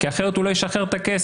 כי אחרת הוא לא ישחרר את הכסף.